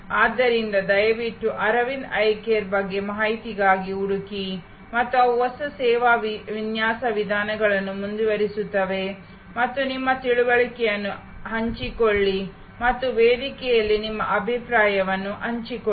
ಆದ್ದರಿಂದ ದಯವಿಟ್ಟು Aravind eye care ಬಗ್ಗೆ ಮಾಹಿತಿಗಾಗಿ ಹುಡುಕಿ ಮತ್ತು ಅವು ಹೊಸ ಸೇವಾ ವಿನ್ಯಾಸ ವಿಧಾನಗಳನ್ನು ಮುರಿಯುತ್ತವೆ ಮತ್ತು ನಿಮ್ಮ ತಿಳುವಳಿಕೆಯನ್ನು ಹಂಚಿಕೊಳ್ಳಿ ಮತ್ತು ವೇದಿಕೆಯಲ್ಲಿ ನಿಮ್ಮ ಅಭಿಪ್ರಾಯಗಳನ್ನು ಹಂಚಿಕೊಳ್ಳಿ